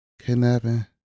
Kidnapping